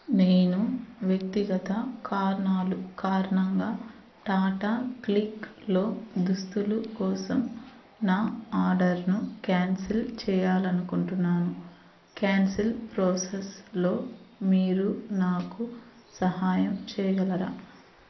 నేను వ్యక్తిగత కారణాలు కారణంగా టాటా క్లిక్లో దుస్తులు కోసం నా ఆర్డర్ను క్యాన్సల్ చేయాలి అనుకుంటున్నాను క్యాన్సల్ ప్రోసెస్లో మీరు నాకు సహాయం చేయగలరా